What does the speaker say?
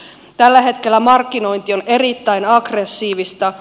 tällä hetkellä markkinointi on erittäin aggressiivista